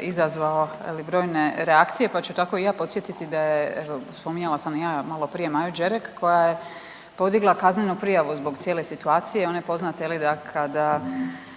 izazvao brojne reakcije pa ću tako i ja podsjetiti evo spominjala sam i ja maloprije Maju Đerek koja je podigla kaznenu prijavu zbog cijele situacije i one poznate da kada